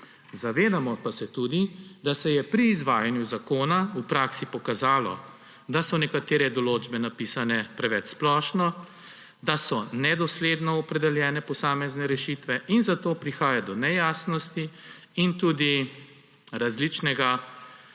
Zavedamo pa se tudi, da se je pri izvajanju zakona v praksi pokazalo, da so nekatere določbe napisane preveč splošno, da so nedosledno opredeljene posamezne rešitve in zato prihaja do nejasnosti in tudi različnega